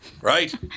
Right